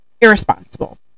irresponsible